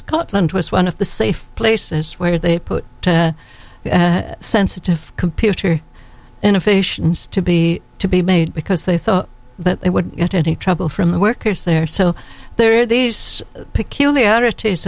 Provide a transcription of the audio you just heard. scotland was one of the safe places where they put to sensitive computer innovations to be to be made because they thought that they would get any trouble from the workers there so there are these peculiarities